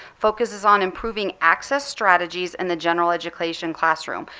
focus is on improving access strategies in the general education classroom.